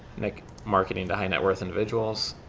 make marketing the high net worth individuals,